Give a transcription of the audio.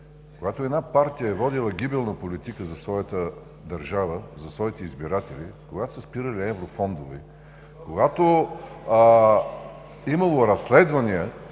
Когато една партия е водила гибелна политика за своята държава, за своите избиратели, когато са спирали еврофондове, когато е имало разследвания